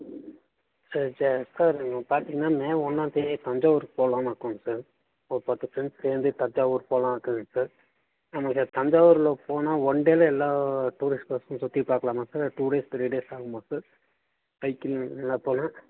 சரி சரி சார் நீங்கள் பார்த்திங்கன்னா மே ஒன்றா தேதி தஞ்சாவூருக்கு போகலாம் இருக்குங்க சார் ஒரு பத்து ஃப்ரெண்ட்ஸ்லேந்து தஞ்சாவூர் போகலாம் இருக்குங்க சார் நமக்கு தஞ்சாவூரில் போனால் ஒன் டேலே எல்லா டூரிஸ்ட் ப்ளஸும் சுற்றி பார்க்கலாமா sir two days three days ஆகுமா சார் ஹைக்கிங் எல்லாம் போனால்